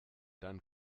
dann